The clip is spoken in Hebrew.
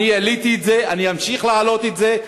העליתי את זה, אני אמשיך להעלות את זה,